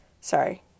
sorry